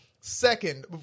Second